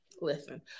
listen